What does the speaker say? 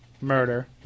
murder